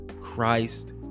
Christ